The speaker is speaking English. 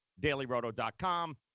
DailyRoto.com